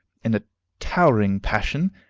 in a towering passion.